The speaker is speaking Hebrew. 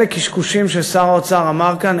אלה קשקושים ששר האוצר אמר כאן.